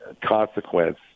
consequence